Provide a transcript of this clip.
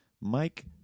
Mike